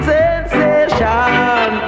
sensation